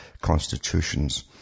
constitutions